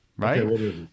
Right